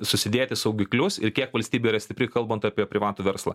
susidėti saugiklius ir kiek valstybė yra stipri kalbant apie privatų verslą